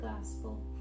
gospel